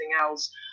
else